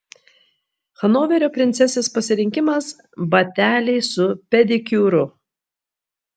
hanoverio princesės pasirinkimas bateliai su pedikiūru